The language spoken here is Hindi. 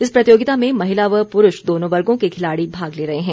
इस प्रतियोगिता में महिला व पुरूष दोनों वर्गों के खिलाड़ी भाग ले रहे हैं